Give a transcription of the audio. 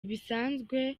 ibisanzwe